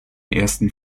ersten